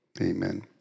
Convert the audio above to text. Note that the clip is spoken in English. Amen